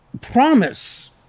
promise